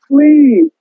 please